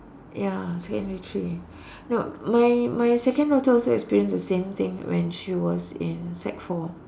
ya secondary three no my my second daughter also experience the same thing when she was in sec four